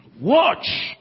Watch